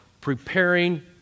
preparing